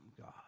God